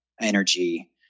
energy